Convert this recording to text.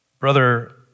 Brother